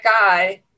guy